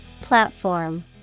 Platform